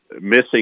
missing